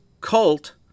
cult